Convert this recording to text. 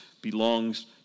belongs